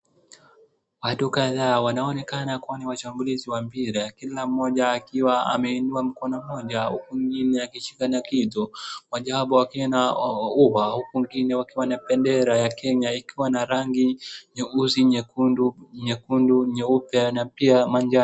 Watu kadhaa wanaonekana kuwa ni washambulizi wa mpira. Kila mmoja akiwa ameinua mkono, mmoja akiwa na ua huku mwingine akishika kitu huku wengine wakiwa na bendera ya Kenya ya rangi nyeusi , nyepe ,nyekundu na pia manjano.